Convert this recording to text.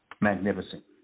magnificent